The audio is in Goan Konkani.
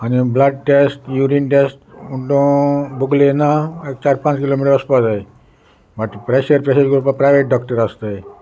आनी ब्लड टॅस्ट यरीन टॅस्ट म्हणट बुकलेना एक चार पांच किलोमिटर वचपा जाय माट प्रेशर पेशट करपा प्रायवेट डॉक्टर आसताय